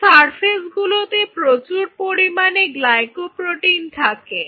এই সারফেস গুলোতে প্রচুর পরিমাণে গ্লাইকোপ্রোটিন থাকে